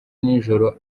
nijoro